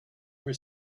were